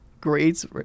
grades